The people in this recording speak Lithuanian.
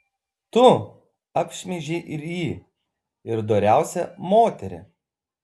tu apšmeižei ir jį ir doriausią moterį